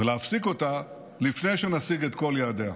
ולהפסיק אותה לפני שנשיג את כל יעדיה,